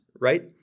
right